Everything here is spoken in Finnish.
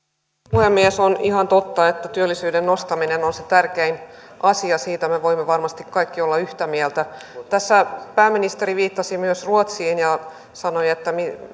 puhemies on ihan totta että työllisyyden nostaminen on se tärkein asia siitä me me voimme varmasti kaikki olla yhtä mieltä tässä pääministeri viittasi myös ruotsiin ja sanoi että